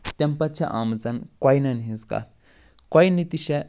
تَمہِ پتہٕ چھِ آمٕژ کۄینن ہِنٛز کَتھ کۄینہٕ تہِ چھےٚ